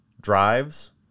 drives